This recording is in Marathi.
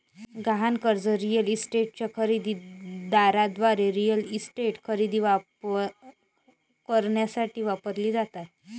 गहाण कर्जे रिअल इस्टेटच्या खरेदी दाराद्वारे रिअल इस्टेट खरेदी करण्यासाठी वापरली जातात